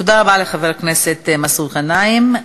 תודה רבה לחבר הכנסת מסעוד גנאים.